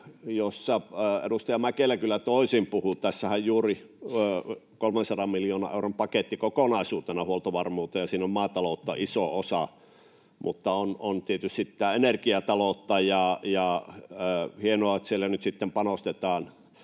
josta edustaja Mäkelä kyllä toisin puhui: Tässähän on juuri 300 miljoonan euron paketti kokonaisuutena huoltovarmuuteen, ja siinä on maataloutta iso osa. Mutta on tietysti sitten energiataloutta, ja on hienoa, että siellä nyt sitten panostetaan